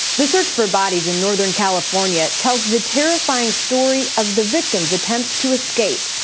the search for bodies in northern california tells the terrifying story of the victims' attempts to escape.